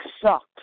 sucked